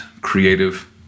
creative